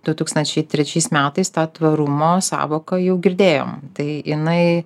du tūkstančiai trečiais metais tą tvarumo sąvoka jau girdėjom tai jinai